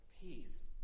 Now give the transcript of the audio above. peace